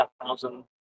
thousand